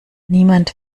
niemand